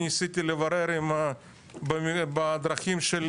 אני ניסיתי לברר בדרכים שלי.